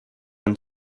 ein